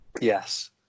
Yes